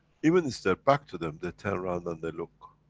even it's that back to them, they turn around and they look,